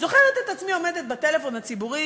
אני זוכרת את עצמי מדברת בטלפון הציבורי